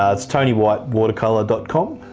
ah its tony white watercolour dot com.